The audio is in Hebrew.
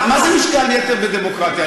מה זה משקל-יתר בדמוקרטיה?